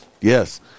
Yes